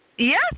Yes